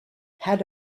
had